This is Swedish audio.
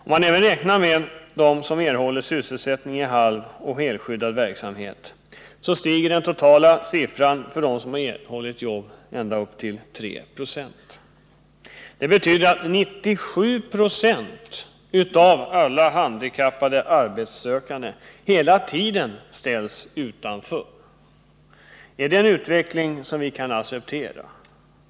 Om man även räknar med dem som erhåller sysselsättning i halvoch helskyddad verksamhet, så stiger den totala siffran för dem som erhållit jobb ända upp till 3 96. Det betyder att 97 96 av alla handikappade arbetssökande hela tiden ställs utanför. Är det en utveckling som vi kan acceptera?